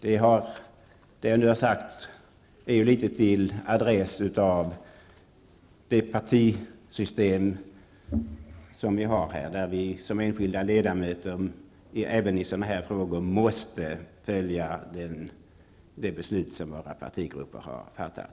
Det som jag nu har sagt var en liten kritik adresserad till det partisystem som vi har, där vi som enskilda ledamöter i frågor av den här typen måste följa det beslut som våra partigrupper har fattat.